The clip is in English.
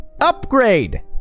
upgrade